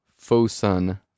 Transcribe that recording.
Fosun